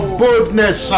boldness